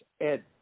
Ed